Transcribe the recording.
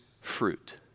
fruit